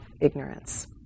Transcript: ignorance